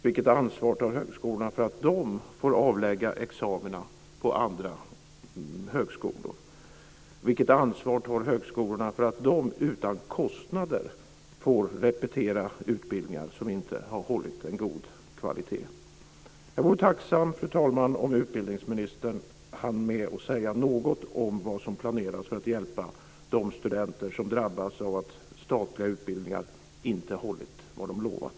Vilket ansvar tar högskolan för att de får avlägga examina på andra högskolor? Vilket ansvar tar högskolorna för att de utan kostnader får repetera utbildningar som inte har hållit en god kvalitet? Jag vore tacksam, fru talman, om utbildningsministern hann med att säga något om vad som planeras för att hjälpa de studenter som drabbas av att statliga utbildningar inte hållit vad de lovat.